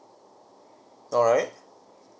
alright